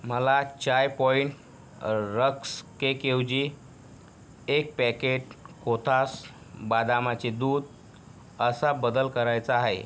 मला चाय पॉइंट रक्स केक ऐवजी एक पॅकेट कोथास बदामाचे दूध असा बदल करायचा आहे